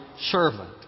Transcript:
servant